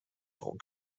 darum